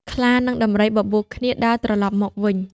ខ្លា និងដំរីបបួលគ្នាដើរត្រឡប់មកវិញ